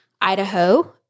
Idaho